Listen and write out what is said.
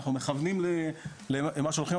אנחנו מכוונים למשהו אחר,